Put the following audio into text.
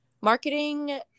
marketing